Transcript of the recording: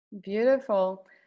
Beautiful